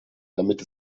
damit